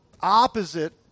opposite